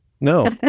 no